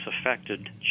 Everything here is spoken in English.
affected